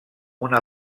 una